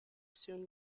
soon